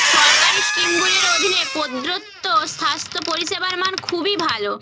সরকারি স্কিমগুলির অধীনে প্রদত্ত স্বাস্থ্য পরিষেবার মান খুবই ভালো